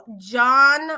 John